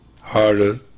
harder